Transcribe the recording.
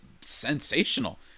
sensational